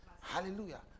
Hallelujah